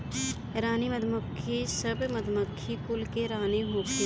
रानी मधुमक्खी सब मधुमक्खी कुल के रानी होखेली